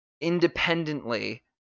independently